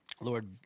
Lord